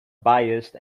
biased